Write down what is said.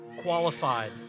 qualified